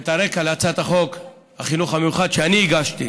ואת הרקע להצעת חוק החינוך המיוחד שהגשתי,